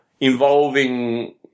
involving